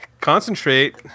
concentrate